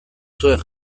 zuen